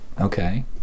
Okay